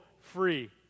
free